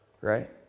right